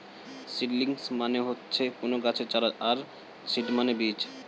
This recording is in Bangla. সিডলিংস মানে হচ্ছে কোনো গাছের চারা আর সিড মানে বীজ